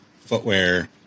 footwear